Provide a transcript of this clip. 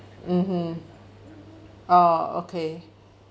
mmhmm oh okay